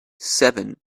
seven